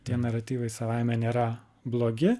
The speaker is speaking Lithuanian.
tie naratyvai savaime nėra blogi